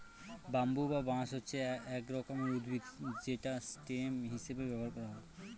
bamboo বা বাঁশ হচ্ছে এক রকমের উদ্ভিদ যেটা স্টেম হিসেবে ব্যবহার করা হয়